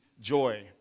joy